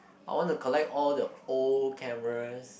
I want to collect all the old cameras